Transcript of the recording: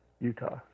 Utah